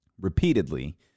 repeatedly